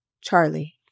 Charlie